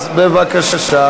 בבקשה.